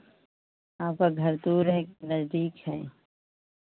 आपका घर दूर है कि नज़दीक है